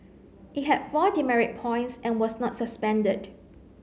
it had four demerit points and was not suspended